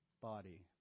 body